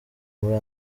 muri